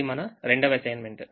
ఇది మన రెండవ అసైన్మెంట్